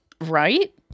Right